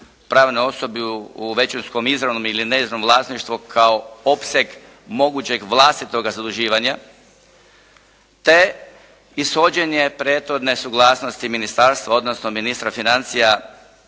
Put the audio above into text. pravnoj osobi u većinskom izravnom ili neizravnom vlasništvu kao opseg mogućeg vlastitoga zaduživanja, te ishođenje prethodne suglasnosti ministarstva, odnosno ministra financija